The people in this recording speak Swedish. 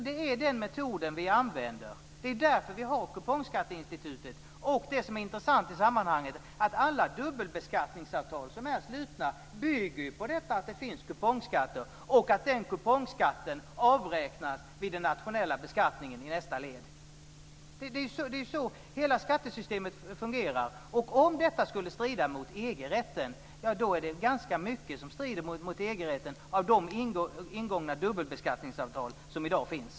Det är den metoden vi använder. Det är därför vi har kupongskatteinstitutet. Det som är intressant i sammanhanget är att alla dubbelbeskattningsavtal som är slutna bygger på att det finns kupongskatter och att den kupongskatten avräknas vid den nationella beskattningen i nästa led. Det är ju så hela skattesystemet fungerar. Om detta skulle strida mot EG-rätten är det ganska mycket som gör det av de ingångna dubbelbeskattningsavtal som i dag finns.